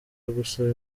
gusaba